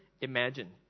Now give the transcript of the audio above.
imagine